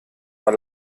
war